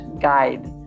guide